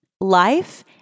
life